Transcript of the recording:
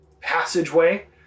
passageway